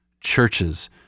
Churches